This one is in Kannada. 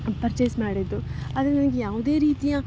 ಪರ್ಚೇಸ್ ಮಾಡಿದ್ದು ಆದರೆ ನನ್ಗೆ ಯಾವುದೇ ರೀತಿಯ